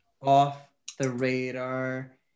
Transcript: Off-the-radar